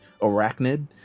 arachnid